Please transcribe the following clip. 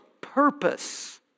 purpose